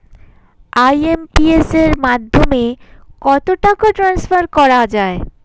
IMPS এর মাধ্যমে কত টাকা ট্রান্সফার করা যায়?